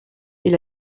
est